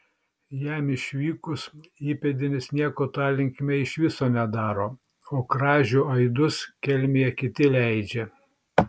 jam išvykus įpėdinis nieko ta linkme iš viso nedaro o kražių aidus kelmėje kiti leidžia